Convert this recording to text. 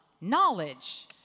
knowledge